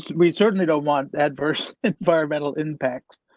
we certainly don't want adverse environmental impacts,